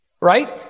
right